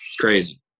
Crazy